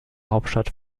hauptstadt